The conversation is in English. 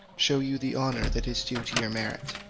shew you the honour that is due to your merit.